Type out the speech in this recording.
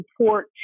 support